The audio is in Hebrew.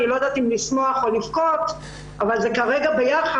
אני לא יודעת אם לשמוח או לבכות אבל זה כרגע ביחד.